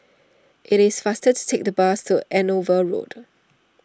it is faster to take the bus to Andover Road